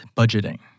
budgeting